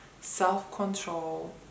self-control